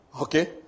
Okay